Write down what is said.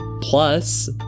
Plus